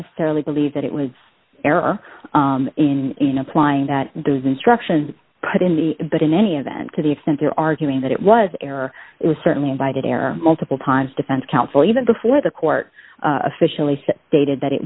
necessarily believe that it was error in applying that those instructions put in the but in any event to the extent they're arguing that it was error it was certainly invited error multiple times defense counsel even before the court officially stated that it